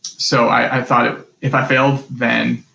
so i thought ah if i failed, then,